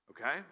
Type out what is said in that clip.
Okay